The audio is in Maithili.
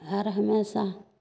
हर हमेशा